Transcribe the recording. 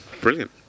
Brilliant